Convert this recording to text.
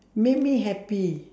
make me happy